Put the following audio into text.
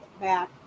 back